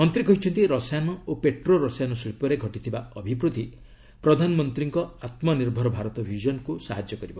ମନ୍ତ୍ରୀ କହିଛନ୍ତି ରସାୟନ ଓ ପେଟ୍ରୋ ରସାୟନ ଶିଳ୍ପରେ ଘଟିଥିବା ଅଭିବୃଦ୍ଧି ପ୍ରଧାନମନ୍ତ୍ରୀଙ୍କ ଆତୁନିର୍ଭର ଭାରତ ବିଜନ୍କୃ ସହାଯ୍ୟ କରିବ